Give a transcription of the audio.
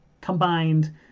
combined